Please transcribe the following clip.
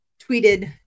tweeted